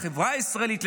לחברה הישראלית,